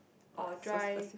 or dry